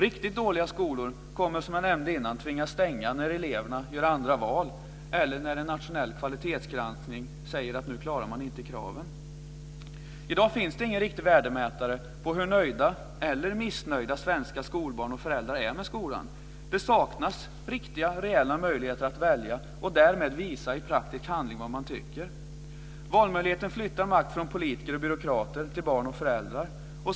Riktigt dåliga skolor kommer, som jag nämnde tidigare, att tvingas stänga när eleverna gör andra val eller när en nationell kvalitetsgranskning säger att man inte längre klarar kraven. I dag finns det ingen riktig värdemätare på hur nöjda eller missnöjda svenska skolbarn och föräldrar är med skolan. Det saknas riktiga, reella möjligheter att välja och därmed visa i praktisk handling vad man tycker. Valmöjligheten flyttar makt från politiker och byråkrater till barn och föräldrar.